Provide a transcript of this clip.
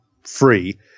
free